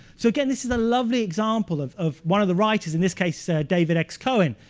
so again this is a lovely example of of one of the writers, in this case, david x. cohen,